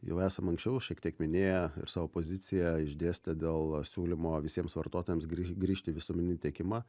jau esam anksčiau šiek tiek minėję ir savo poziciją išdėstę dėl siūlymo visiems vartotojams grįžt į visuomeninį tiekimą